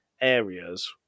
areas